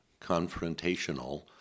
confrontational